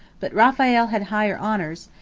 but raphael had higher honors,